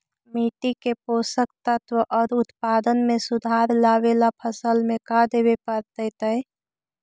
मिट्टी के पोषक तत्त्व और उत्पादन में सुधार लावे ला फसल में का देबे पड़तै तै?